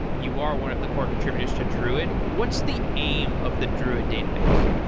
you are one of the core contributors to druid. what's the aim of the druid database?